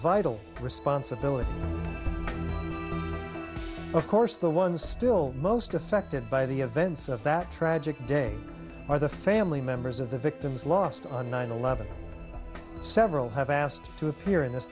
vital responsibility of course the ones still most affected by the events of that tragic day are the family members of the victims lost on nine eleven several have asked to appear in this